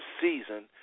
season